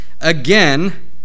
again